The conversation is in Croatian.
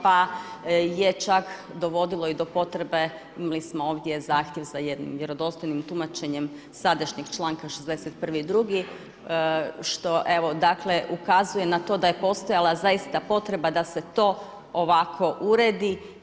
Pa je čak dovodilo i do potrebe, mi smo ovdje zahtjev za vjerodostojnim tumačenjem sadašnjeg članka 61. i 62. što evo, dakle, ukazuje na to da je postojala zaista potreba da se to ovako uredi.